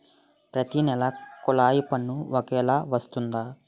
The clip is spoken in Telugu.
ప్రతి నెల కొల్లాయి పన్ను ఒకలాగే వస్తుందా?